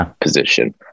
position